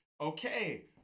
okay